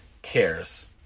Cares